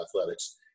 athletics